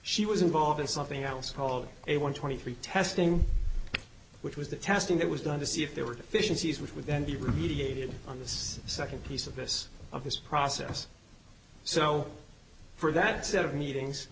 she was involved in something else called a one twenty three testing which was the testing that was done to see if there were deficiencies which would then be remediated on this second piece of this of this process so for that set of meetings